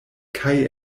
kaj